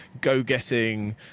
go-getting